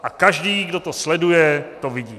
A každý, kdo to sleduje, to vidí.